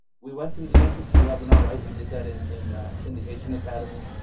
we went through the entity webinar, right, we did that in in syndication academy,